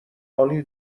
عالی